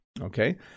Okay